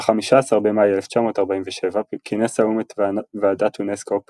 ב-15 במאי 1947 כינס האו"ם את ועדת אונסקו"פ